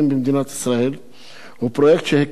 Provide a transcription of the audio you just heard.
הוא פרויקט שהיקפיו הכספיים הם עצומים.